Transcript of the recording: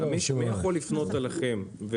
מי יכול לפנות אליכם?